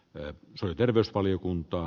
petri terveysvaliokunta